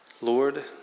Lord